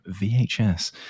VHS